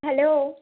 hello